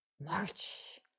March